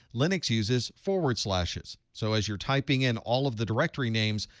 linux uses forward slashes. so as you're typing in all of the directory names,